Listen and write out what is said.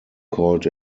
called